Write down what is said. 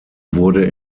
wurde